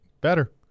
Better